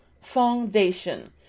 foundation